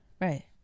right